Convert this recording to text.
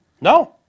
No